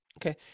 Okay